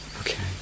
Okay